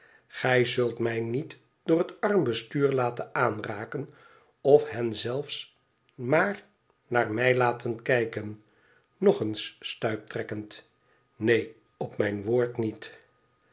gij zult mij niet door het armbestuur laten aanraken of henzelis maar naar mij laten kijken nog eens stuiptrekkend neen op mijn woord niet